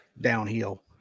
downhill